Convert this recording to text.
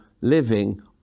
living